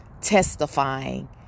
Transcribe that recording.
testifying